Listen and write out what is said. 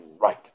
Right